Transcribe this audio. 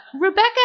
Rebecca